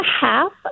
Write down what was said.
half